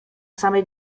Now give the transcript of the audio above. samej